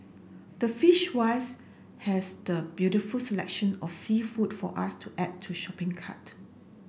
the Fishwives has the beautiful selection of seafood for us to add to shopping cart